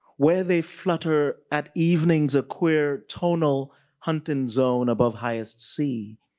where they flutter at evening's a queer tonal hunting zone above highest c.